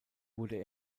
wurde